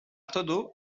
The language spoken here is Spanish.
todo